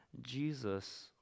Jesus